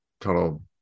total